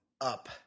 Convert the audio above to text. up